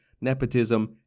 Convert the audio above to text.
nepotism